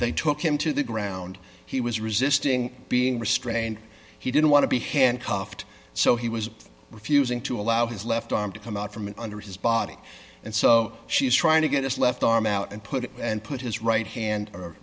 they took him to the ground he was resisting being restrained he didn't want to be handcuffed so he was refusing to allow his left arm to come out from under his body and so she's trying to get his left arm out and put and put his right hand or